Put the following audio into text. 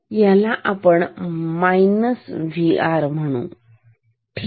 ह्याला आपण Vr म्हणू ठीक